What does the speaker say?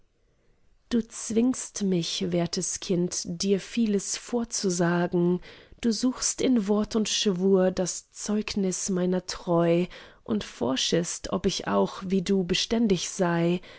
du zwingst mich wertes kind dir vieles vorzusagen du suchst in wort und schwur das zeugnis meiner treu und forschest ob ich auch wie du beständig sei